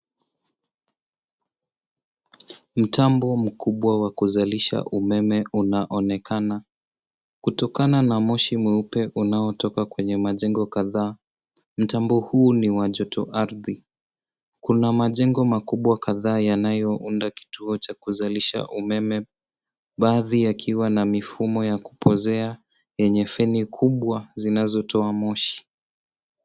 Mtambo mkubwa wa kuzalisha umeme unaonekana kutokana na moshi mweupe unaotoka kwenye majengo kadhaa. Mtambo huu ni wa joto ardhi kuna majengo makubwa kadhaa yanayo unda kituo cha kuzalisha umeme baadhi yakiwa na mifumo ya kupozea yenye fan kubwa zinazotoa moshi.